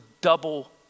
double